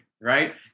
right